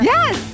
Yes